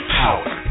power